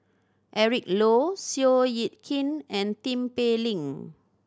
Eric Low Seow Yit Kin and Tin Pei Ling